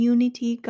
Unity